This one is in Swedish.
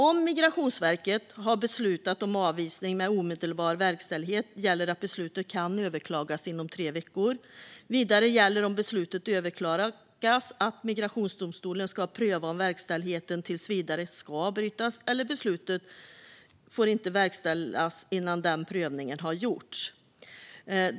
Om Migrationsverket har beslutat om avvisning med omedelbar verkställighet gäller att beslutet kan överklagas inom tre veckor. Vidare gäller, om beslutet överklagas, att migrationsdomstolen ska pröva om verkställigheten tills vidare ska avbrytas, och beslutet får inte verkställas innan denna prövning har gjorts.